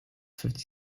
fifty